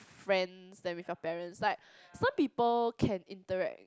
friends than with your parents like some people can interact